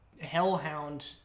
hellhound